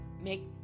Make